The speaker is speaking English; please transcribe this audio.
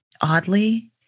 Oddly